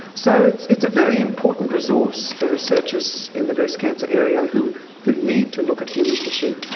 so it's it's a very important resource for researchers in the breast cancer area who who need to look at human tissue.